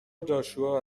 جاشوا